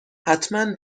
حتما